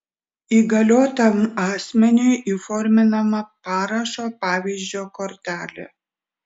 įgaliotam asmeniui įforminama parašo pavyzdžio kortelė